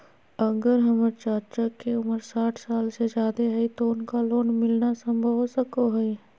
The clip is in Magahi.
अगर हमर चाचा के उम्र साठ साल से जादे हइ तो उनका लोन मिलना संभव हो सको हइ?